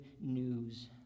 news